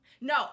no